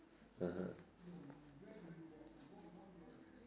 (uh huh)